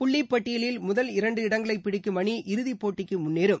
புள்ளிப் பட்டியலில் முதல் இரண்டு இடங்களை பிடிக்கும் அணி இறுதிப்போட்டிக்கு முன்னேறும்